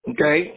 Okay